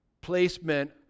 placement